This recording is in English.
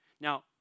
Now